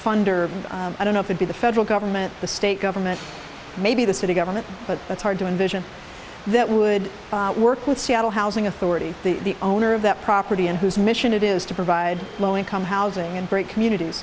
funder i don't know if it be the federal government the state government maybe the city government but that's hard to envision that would work with seattle housing authority the owner of that property and whose mission it is to provide low income housing and great communities